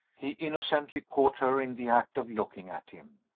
he innocently caught her in the act of looking at him.